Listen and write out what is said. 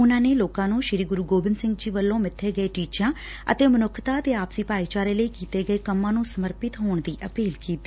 ਉਨਾਂ ਨੇ ਲੋਕਾਂ ਨੂੰ ਸ੍ਰੀ ਗੁਰੁ ਗੋਬਿੰਦ ਸਿੰਘ ਜੀ ਵੱਲੋਂ ਸਿੱਬੇ ਗਏ ਟੀਚਿਆਂ ਅਤੇ ਮਨੁੱਖਤਾ ਆਪਸੀ ਭਾਈਚਾਰੇ ਲਈ ਕੀਤੇ ਗਏ ਕੰਮਾ ਨੂੰ ਸੱਮਰਪਿਤ ਹੋਣ ਦੀ ਅਪੀਲ ਕੀਡੀ